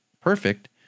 perfect